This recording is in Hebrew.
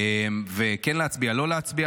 כן להצביע, לא להצביע